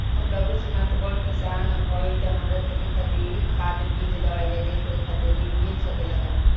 हम लघु सिमांत बड़ किसान हईं त हमरा खेती खातिर खाद बीज दवाई आ देखरेख खातिर ऋण मिल सकेला का?